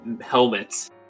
helmets